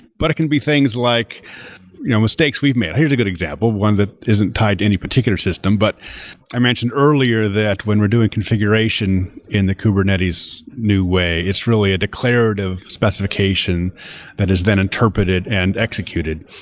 but it can be things like yeah mistakes we've made. here's a good example, one that isn't tied to any particular system. but i mentioned earlier that when we're doing configuration in the kubernetes new way, it's really a declarative specification that is then interpreted and executed.